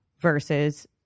versus